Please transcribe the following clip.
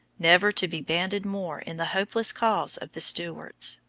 never to be banded more in the hopeless cause of the stuarts.